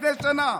לפני שנה,